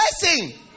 blessing